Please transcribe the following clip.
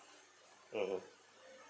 mmhmm